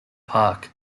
park